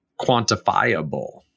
quantifiable